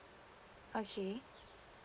okay